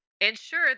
ensure